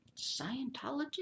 Scientology